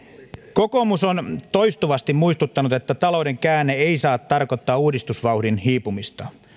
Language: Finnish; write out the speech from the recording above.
kokoomus on toistuvasti muistuttanut että talouden käänne ei saa tarkoittaa uudistusvauhdin hiipumista